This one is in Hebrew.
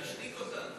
להשתיק אותנו.